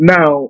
Now